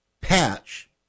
patch